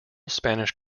spanish